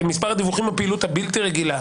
הדיווחים בפעילות הבלתי רגילה,